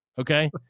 okay